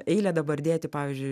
eilę dabar dėti pavyzdžiui